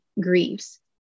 grieves